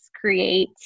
create